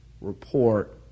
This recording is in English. report